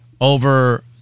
over